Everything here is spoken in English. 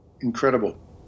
incredible